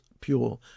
Pure